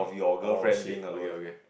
oh shit okay okay